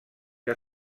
que